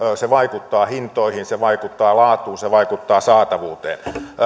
se vaikuttaa hintoihin se vaikuttaa laatuun se vaikuttaa saatavuuteen